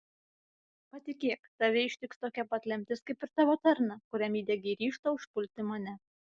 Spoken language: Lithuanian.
patikėk tave ištiks tokia pat lemtis kaip ir tavo tarną kuriam įdiegei ryžtą užpulti mane